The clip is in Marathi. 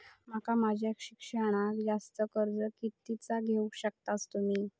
माका माझा शिक्षणाक जास्ती कर्ज कितीचा देऊ शकतास तुम्ही?